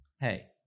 Hey